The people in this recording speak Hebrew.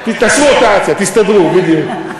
תעשו רוטציה, תסתדרו, בדיוק.